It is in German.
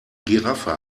giraffe